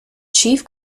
chief